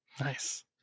nice